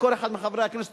כל אחד מחברי הכנסת,